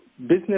business